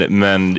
men